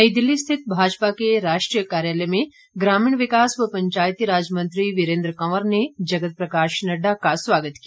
नई दिल्ली स्थित भाजपा के राष्ट्रीय कार्यालय में ग्रामीण विकास व पंचायती राज मंत्री वीरेन्द्र कंवर ने जगत प्रकाश नड़डा का स्वागत किया